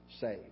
saved